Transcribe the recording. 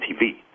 TV